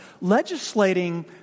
legislating